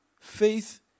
faith